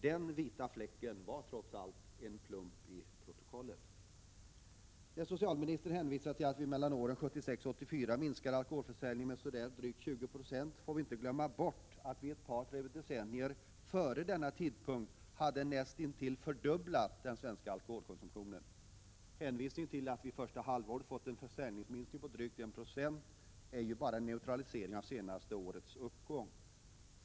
Den ”vita fläcken” innebar trots allt en plump i protokollet. När socialministern hänvisar till att vi mellan åren 1976 och 1984 minskade alkholförsäljningen med drygt 20 96, får vi inte glömma bort att vi ett par decennier före den tiden hade näst intill fördubblat den svenska alkoholkonsumtionen. Att vi första halvåret i år fått en försäljningsminskning med drygt 1 0 är ju bara en neutralisering av det senaste årets uppgång.